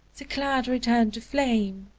the cloud returned to flame,